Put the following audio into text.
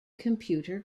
computer